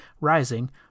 rising